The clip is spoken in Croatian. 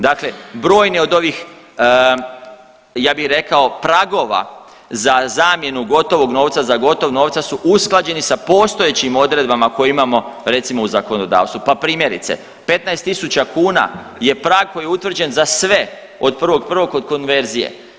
Dakle brojni od ovih, ja bih rekao, pragova za zamjenu gotovog novca za gotov novca su usklađeni sa postojećim odredbama koje imamo, recimo u zakonodavstvu, pa primjerice, 15 tisuća kuna je prag koji je utvrđen za sve od 1.1. od konverzije.